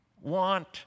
want